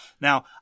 Now